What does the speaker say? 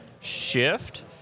shift